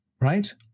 Right